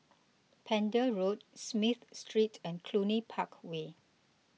Pender Road Smith Street and Cluny Park Way